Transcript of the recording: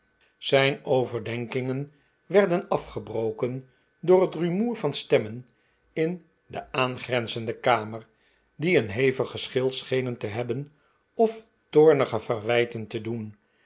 zijn overdenkingen werden afgebroken door het rumoer van stemmen in de aangrenzende kamer die een hevig geschil schenen te hebben of toornige verwijten te doen